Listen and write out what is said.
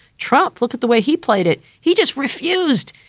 trump, look at the way he played it. he just refused.